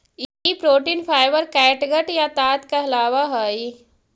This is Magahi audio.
ई प्रोटीन फाइवर कैटगट या ताँत कहलावऽ हई